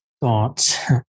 thoughts